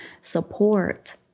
support